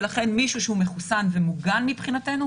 ולכן מישהו שהוא מחוסן ומוגן מבחינתנו